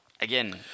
again